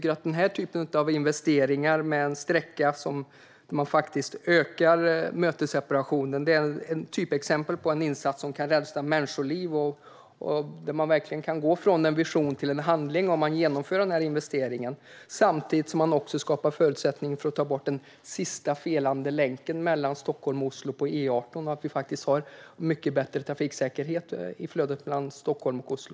Med den här typen av investeringar, på en sträcka där ökad mötesseparation är ett typiskt exempel på en insats som kan rädda människoliv, kan man verkligen gå från vision till handling. Samtidigt skapas förutsättningar för att ta bort den sista felande länken på E18 mellan Stockholm och Oslo. Det skulle leda till mycket bättre trafiksäkerhet i flödet på väg mellan Stockholm och Oslo.